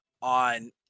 on